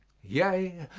yea,